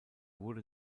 wurde